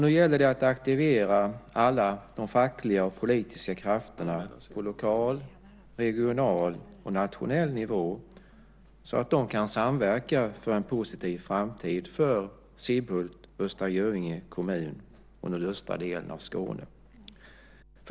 Nu gäller det att aktivera alla fackliga och politiska krafter på lokal, regional och nationell nivå så att de kan samverka för en positiv framtid för Sibbhult, Östra Göinge kommun och nordöstra delen av Skåne.